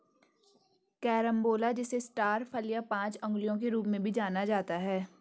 carambola जिसे star फल या पांच अंगुलियों के रूप में भी जाना जाता है